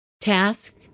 Task